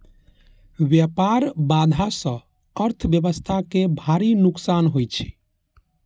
व्यापार बाधा सं अर्थव्यवस्था कें भारी नुकसान होइ छै